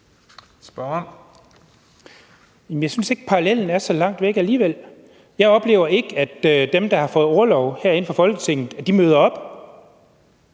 jeg synes ikke, at parallellen er så langt væk alligevel. Jeg oplever ikke, at dem, der har fået orlov herinde fra Folketinget, møder op.